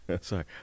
Sorry